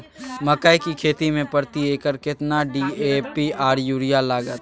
मकई की खेती में प्रति एकर केतना डी.ए.पी आर यूरिया लागत?